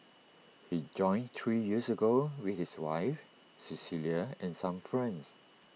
he joined three years ago with his wife Cecilia and some friends